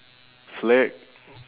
slack